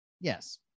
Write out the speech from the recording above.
Yes